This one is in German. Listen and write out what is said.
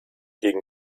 gegen